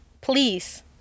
please